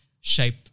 shape